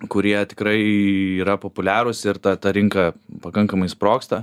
kurie tikrai yra populiarūs ir ta ta rinka pakankamai sprogsta